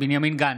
בנימין גנץ,